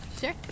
Sure